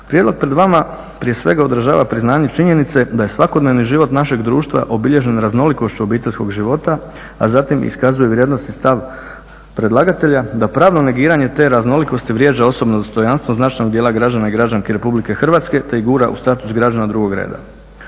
prijedlog pred vama prije svega odražava priznanje činjenica da je svakodnevni život našeg društva obilježen raznolikošću obiteljskog života, a zatim iskazuje vrijednost i stav predlagatelja da pravo negiranje te raznolikosti vrijeđa osobnog dostojanstvo značajnog dijela građana i građanki Republike Hrvatske te ih gura u status građana drugog reda.